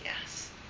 Yes